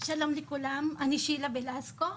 שלום לכולם, אני שילה ולסקו,